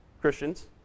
Christians